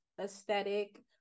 aesthetic